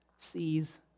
sees